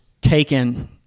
taken